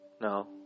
No